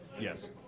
Yes